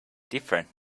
different